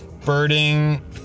Birding